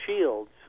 shields